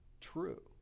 true